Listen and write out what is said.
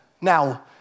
Now